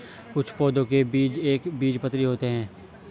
कुछ पौधों के बीज एक बीजपत्री होते है